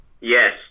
Yes